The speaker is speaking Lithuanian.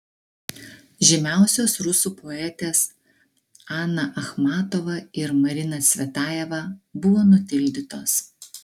žymiausios rusų poetės ana achmatova ir marina cvetajeva buvo nutildytos